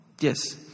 Yes